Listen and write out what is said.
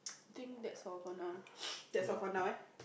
think that's all for now that's all for now ah